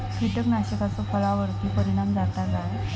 कीटकनाशकाचो फळावर्ती परिणाम जाता काय?